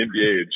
NBA